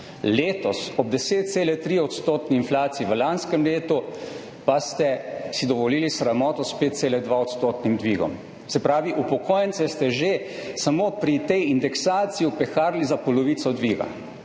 Letos ob 10,3-odstotni inflaciji, v lanskem letu pa ste si dovolili sramoto s 5,2-odstotnim dvigom. Se pravi, upokojence ste že samo pri tej indeksaciji opeharili za polovico dviga.